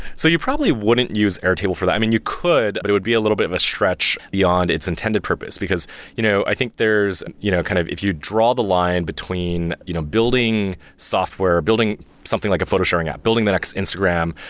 so you probably wouldn't use airtable for that. i mean, you could, but it would be a little bit of a stretch beyond its intended purpose. because because you know i think there's and you know kind of if you draw the line between you know building software, building something like a photo sharing app, building that next instagram,